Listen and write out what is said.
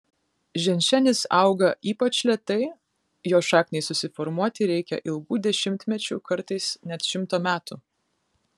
ženšenis auga ypač lėtai jo šakniai susiformuoti reikia ilgų dešimtmečių kartais net šimto metų